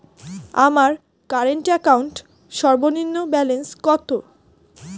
আমার current account সর্বনিম্ন balance কত?